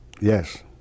Yes